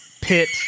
pit